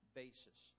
basis